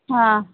हां